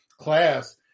class